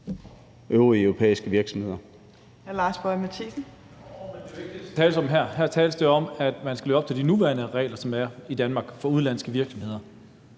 øvrige europæiske virksomheder.